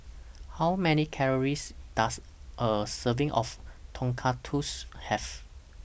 How Many Calories Does A Serving of Tonkatsu Have